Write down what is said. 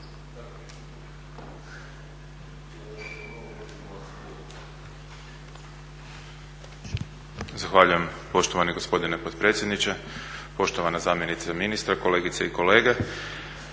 Zahvaljujem poštovani gospodine potpredsjedniče, poštovana zamjenice ministra, kolegice i kolege.